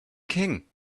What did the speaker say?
king